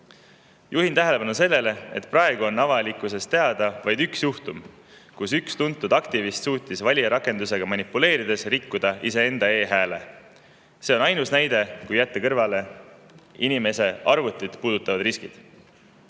Juhin tähelepanu sellele, et praegu on avalikkusele teada vaid üks juhtum, kus üks tuntud aktivist suutis valijarakendusega manipuleerides rikkuda iseenda e-hääle. See on ainus näide, kui jätta kõrvale [kellegi isiklikku] arvutit puudutavad riskid.